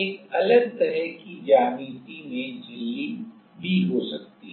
एक अलग तरह की ज्यामिति में झिल्ली भी हो सकती है